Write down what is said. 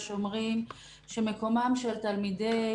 אומרים שמקומם של תלמידי